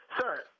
sir